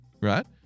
right